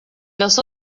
los